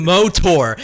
Motor